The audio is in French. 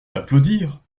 d’applaudir